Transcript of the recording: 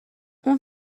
اون